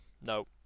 No